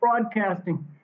broadcasting